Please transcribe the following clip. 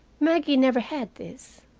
maggie never had this,